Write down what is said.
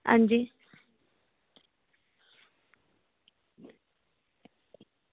अंजी